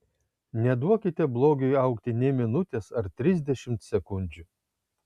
neduokite blogiui augti nė minutės ar trisdešimt sekundžių